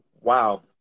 Wow